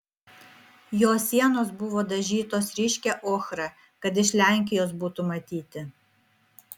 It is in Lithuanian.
jo sienos buvo dažytos ryškia ochra kad iš lenkijos būtų matyti